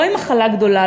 לא עם מחלה גדולה,